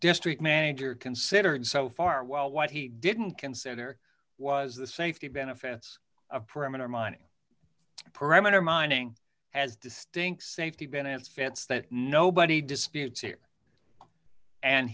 district manager considered so far while what he didn't consider was the safety benefits of perimeter mining parameter mining as distinct safety been ants fits that nobody disputes here and